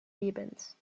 lebens